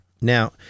Now